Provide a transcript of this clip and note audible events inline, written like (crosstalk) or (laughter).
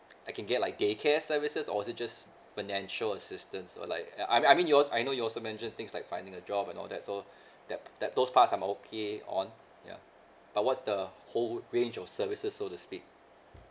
(noise) I can get like day care services or is it just financial assistance or like uh I I mean yours I know you also mentioned things like finding a job and all that so that that those parts I'm okay on yeah but what's the whole range of services so to speak